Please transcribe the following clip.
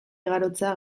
igarotzea